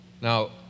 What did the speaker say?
Now